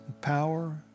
power